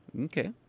Okay